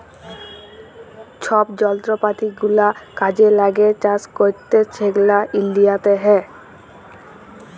ছব যলত্রপাতি গুলা কাজে ল্যাগে চাষ ক্যইরতে সেগলা ইলডিয়াতে হ্যয়